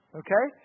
okay